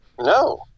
No